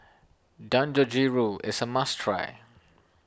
Dangojiru is a must try